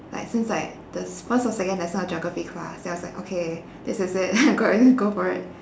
like since like the first or second lesson of geography class then I was like okay this is it go for it